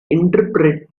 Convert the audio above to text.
interpret